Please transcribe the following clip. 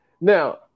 Now